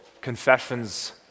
confessions